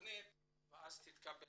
והתכנית יתקבלו ואז תתקבל